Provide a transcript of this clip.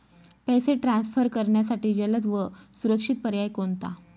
पैसे ट्रान्सफर करण्यासाठी जलद व सुरक्षित पर्याय कोणता?